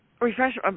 refresh